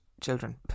children